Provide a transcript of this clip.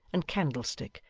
and candlestick,